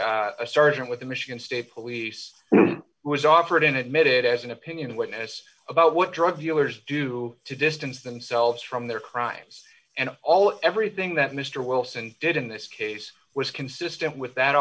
sergeant with the michigan state police who was offered an admitted as an opinion witness about what drug dealers do to distance themselves from their crimes and all everything that mister wilson did in this case was consistent with that